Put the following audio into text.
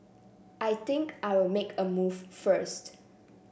I think I'll make a move first